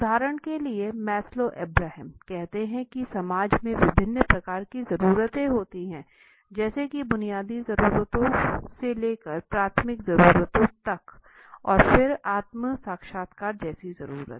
उदाहरण के लिए मास्लो अब्राहम कहते है की समाज में विभिन्न प्रकार की ज़रूरतें होती है जैसे की बुनियादी ज़रूरतों से लेकर प्राथमिक ज़रूरतों तक और फिर आत्म साक्षात्कार जैसी ज़रूरते